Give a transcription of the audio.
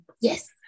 Yes